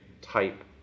type